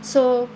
so